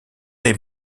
les